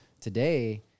today